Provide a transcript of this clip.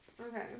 Okay